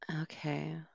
Okay